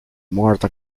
martha